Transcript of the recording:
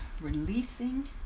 releasing